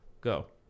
Go